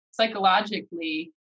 psychologically